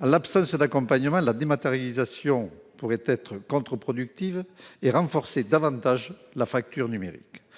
l'absence d'accompagnement de la dématérialisation pourrait être contre- productive et renforcer davantage la fracture numérique,